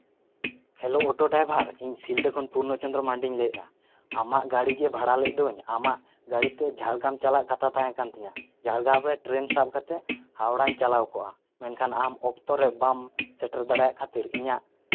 hello ᱴᱳᱴᱳ driver ᱤᱧ ᱥᱤᱞᱫᱟᱹ ᱠᱷᱚᱱ ᱯᱩᱨᱱᱚ ᱪᱚᱱᱫᱨᱚ ᱢᱟᱱᱰᱤᱧ ᱞᱟᱹᱭ ᱮᱜᱼᱟ ᱟᱢᱟᱜ ᱜᱟᱹᱰᱤ ᱡᱮ ᱵᱷᱟᱲᱟ ᱞᱮᱫ ᱫᱩᱧ ᱟᱢᱟᱜ ᱜᱟᱹᱰᱤᱛᱮ ᱡᱷᱟᱲᱜᱨᱟᱢ ᱪᱟᱞᱟᱜ ᱠᱟᱛᱷᱟ ᱛᱟᱦᱮᱸ ᱠᱟᱱ ᱛᱤᱧᱟᱹ ᱡᱷᱟᱲᱜᱨᱟᱢ ᱨᱮ ᱴᱨᱮᱱ ᱥᱟᱵ ᱠᱟᱛᱮᱫ ᱦᱟᱣᱲᱟᱧ ᱪᱟᱞᱟᱣ ᱠᱚᱜᱼᱟ ᱢᱮᱱᱠᱷᱟᱱ ᱟᱢ ᱚᱠᱛᱚ ᱨᱮ ᱵᱟᱢ ᱥᱮᱴᱮᱨ ᱫᱟᱲᱮᱭᱟᱜ ᱠᱷᱟᱹᱛᱤᱨ ᱤᱧᱟᱹᱜ